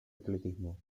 atletismo